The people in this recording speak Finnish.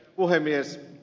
puhemies